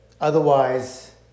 Otherwise